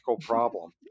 problem